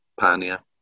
Pania